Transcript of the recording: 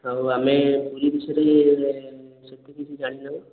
ଆଉ ଆମେ ପୁରୀ ବିଷୟରେ ସେତେ କିଛି ଜାଣିନାହୁଁ